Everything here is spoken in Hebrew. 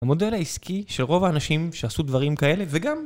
המודל העסקי שרוב האנשים שעשו דברים כאלה וגם